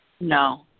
No